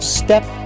step